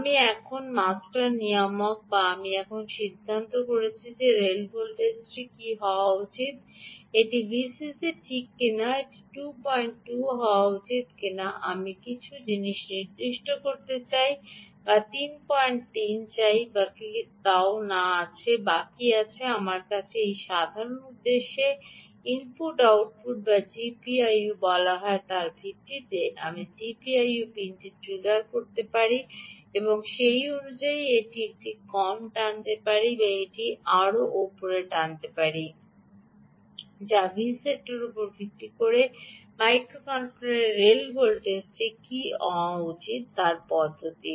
আমি এখন আমি মাস্টার এবং নিয়ামক আমি এখন সিদ্ধান্ত নিই যে আমার রেল ভোল্টেজটি কী হওয়া উচিত এটি Vcc ঠিক কিনা এটি 22 হওয়া উচিত কিনা আমি কিছু জিনিস করতে চাই বা ৩৩ করতে চাই কিনা তাও বাকি আছে আমার কাছে এই সাধারণ উদ্দেশ্যে ইনপুট আউটপুট যা জিপিআইও বলা হয় তার ভিত্তিতে আমি জিপিআইও পিনটি ট্রিগার করতে পারি সেই অনুযায়ী আমি এটি কম টানতে পারি বা আমি এটি আরও টানতে পারি এবং সিদ্ধান্ত নিতে পারি যে এই Vset উপর ভিত্তি করে মাইক্রোকন্ট্রোলারের রেল ভোল্টেজ কী হওয়া উচিত পদ্ধতি